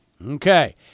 Okay